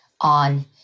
on